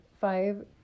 five